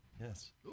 Yes